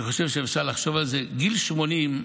אני חושב שאפשר לחשוב על זה: גיל 80,